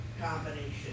combination